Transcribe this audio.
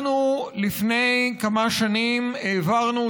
אנחנו לפני כמה שנים העברנו,